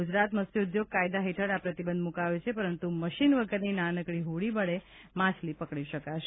ગુજરાત મત્સ્યોદ્યોગ કાયદા હેઠળ આ પ્રતિબંધ મુકાયો છે પરંતુ મશીન વગરની નાનકડી હોડી વડે માછલી પકડી શકાશે